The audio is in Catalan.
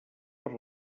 per